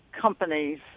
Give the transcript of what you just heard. companies